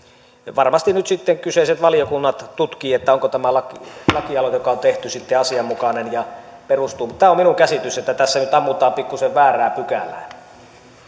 varmasti nyt sitten kyseiset valiokunnat tutkivat onko tämä lakialoite joka on tehty sitten asianmukainen ja perusteltu mutta tämä on minun käsitykseni että tässä nyt ammutaan pikkuisen väärää pykälää